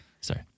Sorry